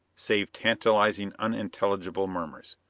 save tantalizing, unintelligible murmurs.